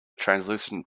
translucent